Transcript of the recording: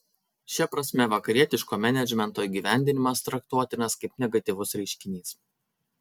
šia prasme vakarietiško menedžmento įgyvendinimas traktuotinas kaip negatyvus reiškinys